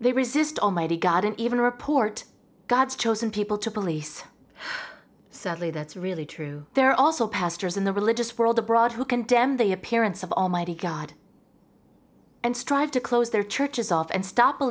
they resist almighty god and even report god's chosen people to police sadly that's really true there are also pastors in the religious world abroad who condemn the appearance of almighty god and strive to close their churches off and stop